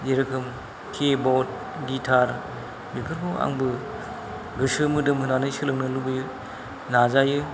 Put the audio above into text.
जे रोखोम keyboard guitar बेफोरखौ आंबो गोसो मोदोम होनानै सोलोंनो लुबैयो नाजायो